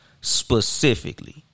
specifically